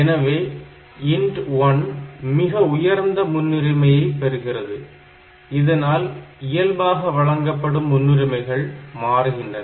எனவே INT1 மிக உயர்ந்த முன்னுரிமையை பெறுகிறது இதனால் இயல்பாக வழங்கப்படும் முன்னுரிமைகள் மாறுகின்றன